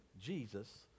Jesus